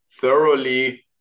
thoroughly